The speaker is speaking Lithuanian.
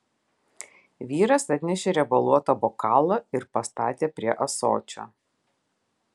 vyras atnešė riebaluotą bokalą ir pastatė prie ąsočio